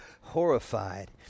horrified